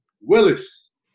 Willis